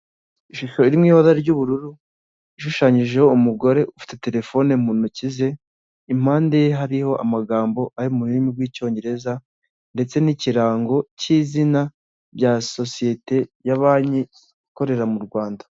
Ishusho iri mu ibara ry'ubururu ishushanyijeho umugore ufite telefone mu ntoki ze, impande ye hariho amagambo ari mu rurimi rw'icyongereza ndetse n'ikirango cy'izina rya sosiyete ya banki ikorera mu Rwanda.